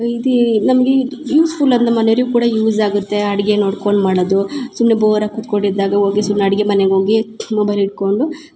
ಇದೀ ನಮಗೆ ಇದು ಯೂಝ್ಫುಲ್ ಅದನ್ನ ಮನೆಯವ್ರಿಗ ಕೂಡ ಯೂಝ್ ಆಗತ್ತೆ ಅಡ್ಗೆ ನೋಡ್ಕೊಂಡು ಮಾಡದು ಸುಮ್ನೆ ಬೋರಾಗ ಕುತ್ಕೊಂಡು ಇದ್ದಾಗ ಹೋಗಿ ಸುಮ್ನೆ ಅಡ್ಗೆ ಮನೆಗೆ ಹೋಗಿ ಮೊಬೈಲ್ ಹಿಡ್ಕೊಂಡು